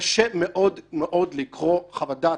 קשה מאוד מאוד לקרוא חוות דעת,